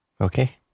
Okay